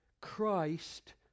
Christ